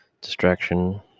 distraction